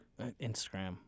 Instagram